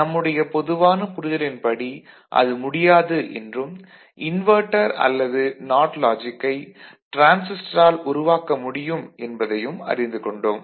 நம்முடைய பொதுவான புரிதலின்படி அது முடியாது என்றும் இன்வெர்ட்டர் அல்லது நாட் லாஜிக்கை டிரான்சிஸ்டரால் உருவாக்க முடியும் என்பதையும் அறிந்து கொண்டோம்